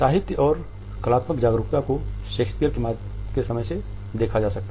साहित्यिक और कलात्मक जागरूकता को शेक्सपियर के समय से देखा जा सकता है